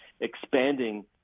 expanding